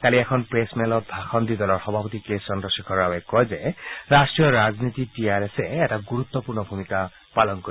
কালি এখন প্ৰেছ মেলত ভাষণ দি দলৰ সভাপতি কে চন্দ্ৰখেখৰ ৰাৱে কয় যে ৰাষ্টীয় ৰাজনীতিত টি আৰ এছে এটা গুৰুত্পূৰ্ণ ভূমিকা গ্ৰহণ কৰিব